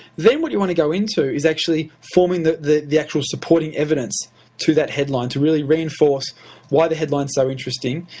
then what you want to go into is actually forming the the actual supporting evidence to that headline to really reinforce why the headline's so interesting,